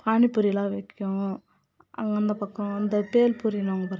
பானிபூரி எல்லாம் விற்கும் அங்கே அந்த பக்கம் இந்த பேல் பூரின்னுவாங்க பாருங்கள்